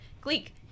Gleek